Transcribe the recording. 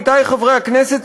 עמיתי חברי הכנסת,